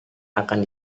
akan